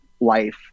life